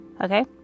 Okay